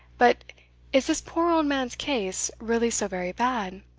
but is this poor old man's case really so very bad?